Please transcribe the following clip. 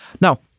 Now